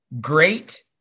great